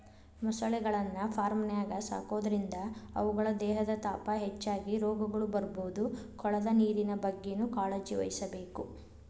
ಮೊಸಳೆಗಳನ್ನ ಫಾರ್ಮ್ನ್ಯಾಗ ಸಾಕೋದ್ರಿಂದ ಅವುಗಳ ದೇಹದ ತಾಪ ಹೆಚ್ಚಾಗಿ ರೋಗಗಳು ಬರ್ಬೋದು ಕೊಳದ ನೇರಿನ ಬಗ್ಗೆನೂ ಕಾಳಜಿವಹಿಸಬೇಕು